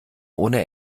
ohne